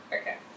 Okay